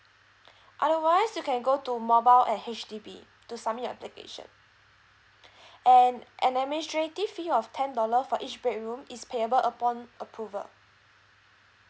otherwise you can go to mobile at H_D_B to submit your application and an administrative fee of ten dollar for each bedroom is payable upon approval